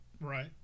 Right